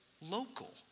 local